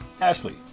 Ashley